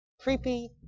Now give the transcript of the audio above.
creepy